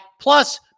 Plus